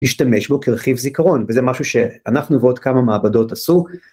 ‫להשתמש בו כרכיב זיכרון, ‫וזה משהו שאנחנו ועוד כמה מעבדות עשו.